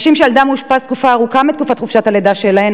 נשים שילדן מאושפז תקופה ארוכה מתקופת חופשת הלידה שלהן